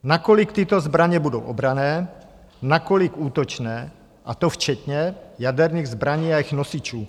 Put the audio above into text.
Nakolik tyto zbraně budou obranné, nakolik útočné, a to včetně jaderných zbraní a jejich nosičů.